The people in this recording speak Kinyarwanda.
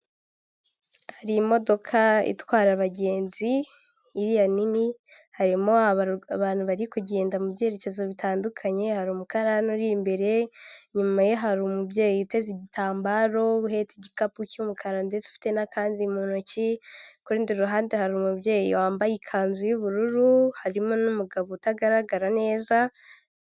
Hari imodoka itwara abagenzi iriya nini harimo abantu bari kugenda mu byerekezo bitandukanye hari umukarani uri imbere inyuma ye hari umubyeyi yiteze igitambaro, uhetse igikapu cy'umukara, ndetse ufite n'akandi mu ntoki ku rundi ruhande hari umubyeyi wambaye ikanzu y'ubururu harimo n'umugabo utagaragara neza.